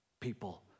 people